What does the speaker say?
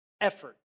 effort